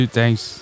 thanks